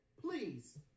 Please